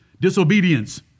disobedience